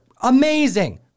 Amazing